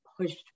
pushed